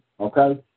Okay